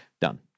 done